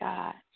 God